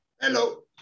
Hello